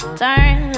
turn